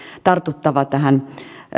tartuttava tähän